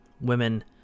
Women